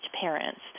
parents